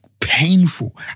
painful